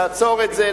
נעצור את זה,